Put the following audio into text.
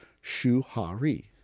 Shu-ha-ri